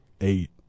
eight